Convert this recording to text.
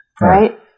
right